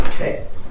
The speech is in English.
Okay